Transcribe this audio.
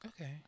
Okay